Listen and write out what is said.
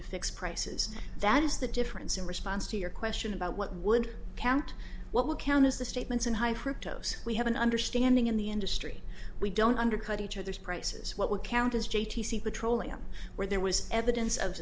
to fix prices that is the difference in response to your question about what would count what would count as the statements and high fructose we have an understanding in the industry we don't undercut each other's prices what would count as j t petroleum where there was evidence of